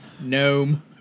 gnome